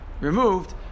Removed